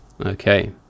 Okay